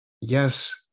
yes